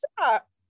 stop